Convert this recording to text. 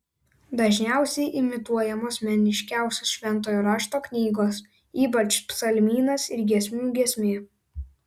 dažniausiai imituojamos meniškiausios šventojo rašto knygos ypač psalmynas ir giesmių giesmė